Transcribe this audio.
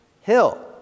hill